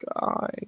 guy